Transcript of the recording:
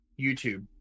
YouTube